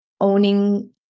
owning